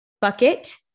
bucket